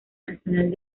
nacional